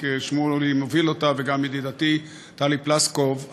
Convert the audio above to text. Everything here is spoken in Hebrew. שמולי וגם ידידתי טלי פלוסקוב מובילים,